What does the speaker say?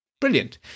Brilliant